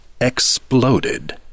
exploded